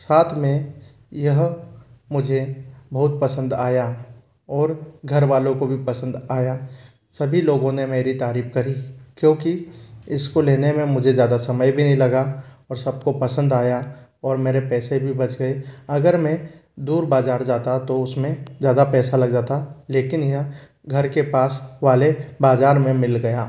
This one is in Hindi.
साथ में यह मुझे बहूत पसंद आया और घर वालों को भी पसंद आया सभी लोगों ने मेरी तारीफ करी क्योंकि इसको लेने में मुझे ज़्यादा समय भी नहीं लगा और सबको पसंद आया और मेरे पैसे भी बच गए अगर मैं दूर बाजार जाता तो उसमें ज़्यादा पैसा लग जाता लेकिन यह घर के पास वाले बाजार में मिल गया